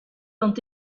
ont